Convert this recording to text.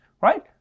right